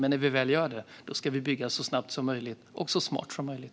Men när vi väl gör det ska vi bygga så snabbt och så smart som möjligt.